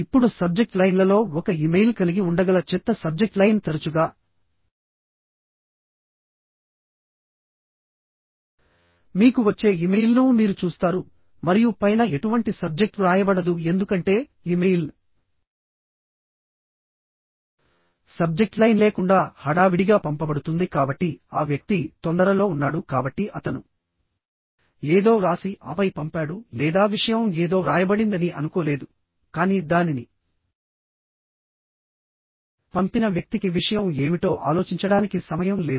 ఇప్పుడు సబ్జెక్ట్ లైన్లలో ఒక ఇమెయిల్ కలిగి ఉండగల చెత్త సబ్జెక్ట్ లైన్ తరచుగా మీకు వచ్చే ఇమెయిల్ను మీరు చూస్తారు మరియు పైన ఎటువంటి సబ్జెక్ట్ వ్రాయబడదు ఎందుకంటే ఇమెయిల్ సబ్జెక్ట్ లైన్ లేకుండా హడావిడిగా పంపబడుతుంది కాబట్టి ఆ వ్యక్తి తొందరలో ఉన్నాడు కాబట్టి అతను ఏదో వ్రాసి ఆపై పంపాడు లేదా విషయం ఏదో వ్రాయబడిందని అనుకోలేదు కానీ దానిని పంపిన వ్యక్తికి విషయం ఏమిటో ఆలోచించడానికి సమయం లేదు